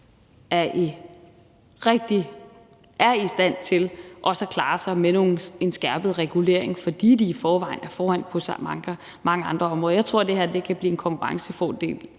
er i stand til også at klare sig med en skærpet regulering, fordi de i forvejen er foran på så mange andre områder. Jeg tror, det her kan blive en konkurrencefordel